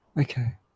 Okay